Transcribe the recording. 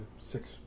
six